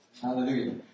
Hallelujah